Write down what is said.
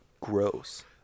gross